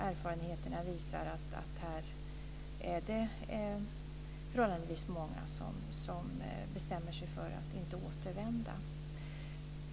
Erfarenheterna visar att det är förhållandevis många som bestämmer för att inte återvända.